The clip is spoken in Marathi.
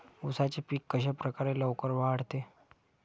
उसाचे पीक कशाप्रकारे लवकर वाढते?